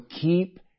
keep